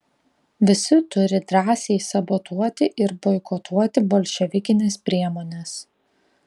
visi turi drąsiai sabotuoti ir boikotuoti bolševikines priemones